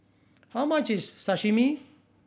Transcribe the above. how much is Sashimi